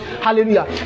hallelujah